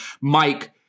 Mike